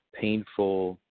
painful